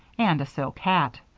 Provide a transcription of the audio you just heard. and a silk hat.